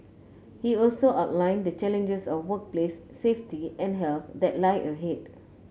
he also outlined the challenges of workplace safety and health that lie ahead